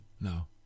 No